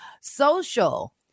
social